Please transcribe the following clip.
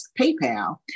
PayPal